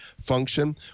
function